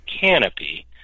canopy